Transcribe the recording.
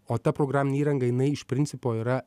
o ta programinė įranga jinai iš principo yra